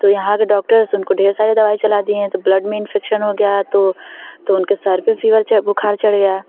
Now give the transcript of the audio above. तो यहाँ के डॉक्टर्स उनको ढेर सारे दवाई चला दिए तो ब्लड में इंफेक्शन हो गया तो तो उनके सर पर फीबर चढ़ बुखार चढ़ गया